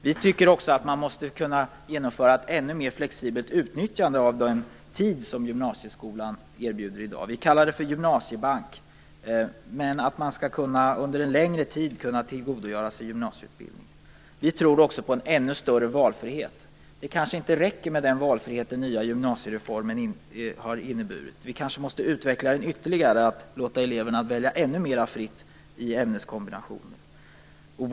Vi tycker också att man måste kunna genomföra ett ännu mer flexibelt utnyttjande av den tid som gymnasieskolan erbjuder i dag. Vi kallar det för gymnasiebank. Man skall under en längre tid kunna tillgodogöra sig gymnasieutbildningen. Vi tror också på en ännu större valfrihet. Det kanske inte räcker med den valfrihet den nya gymnasiereformen har inneburit. Vi kanske måste utveckla den ytterligare, låta eleverna välja ännu mera fritt i ämneskombinationerna.